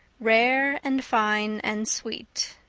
rare and fine and sweet.